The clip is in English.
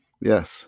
Yes